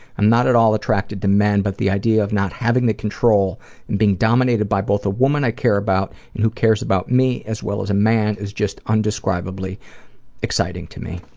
i'm not at all attracted to but the idea of not having the control and being dominated by both a woman i care about and who cares about me as well as a man is just undescribably exciting to me.